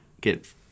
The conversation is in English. get